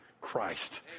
Christ